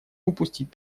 упустить